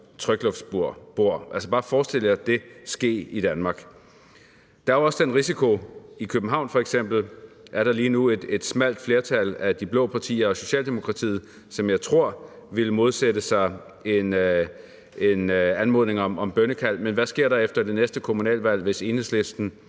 trykluftsbor. Altså, bare forestil jer det ske i Danmark. Den risiko er der. I København er der f.eks. lige nu et smalt flertal af de blå partier og Socialdemokratiet, som jeg tror ville modsætte sig en anmodning om bønnekald, men hvad sker der efter det næste kommunalvalg, hvis Enhedslisten,